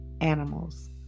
animals